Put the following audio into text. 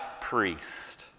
priest